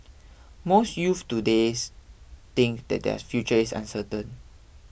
most youths today's think that their future is uncertain